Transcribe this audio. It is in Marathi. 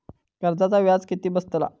कर्जाचा व्याज किती बसतला?